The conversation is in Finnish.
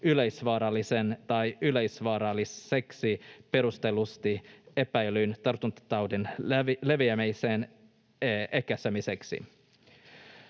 yleisvaarallisen tai yleisvaaralliseksi perustellusti epäillyn tartuntataudin leviämisen ehkäisemiseksi.